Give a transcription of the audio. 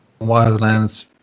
Wildlands